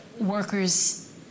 workers